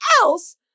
else